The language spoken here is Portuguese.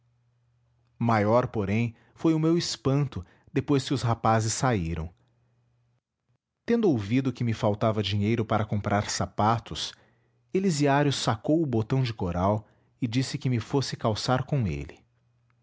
maior porém foi o meu espanto depois que os rapazes saíram tendo ouvido que me faltava dinheiro para comprar sapatos elisiário sacou o botão de coral e disse que me fosse calçar com ele